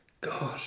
God